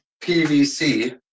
PVC